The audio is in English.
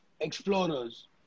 explorers